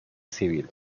civil